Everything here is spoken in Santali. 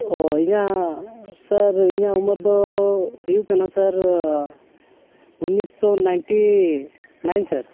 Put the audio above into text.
ᱚ ᱤᱧᱟᱹᱜ ᱥᱟᱨ ᱤᱧᱟᱹᱜ ᱩᱢᱮᱨ ᱫᱚ ᱦᱩᱭᱩᱜ ᱠᱟᱱᱟ ᱥᱟᱨ ᱩᱱᱤᱥ ᱥᱚ ᱱᱟᱭᱤᱱᱴᱤ ᱱᱟᱭᱤᱱ ᱥᱟᱨ